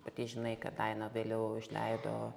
pati žinai kad daina vėliau išleido